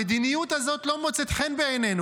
המדיניות הזאת לא מוצאת חן בעינינו,